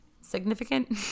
significant